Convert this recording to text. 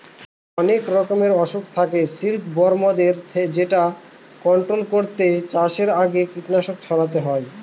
অনেক রকমের অসুখ থাকে সিল্কবরমদের যেটা কন্ট্রোল করতে চাষের আগে কীটনাশক ছড়াতে হয়